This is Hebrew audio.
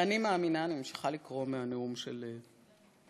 "ואני מאמינה", אני ממשיכה לקרוא מהנאום של 2007,